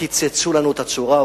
קיצצו לנו את הצורה,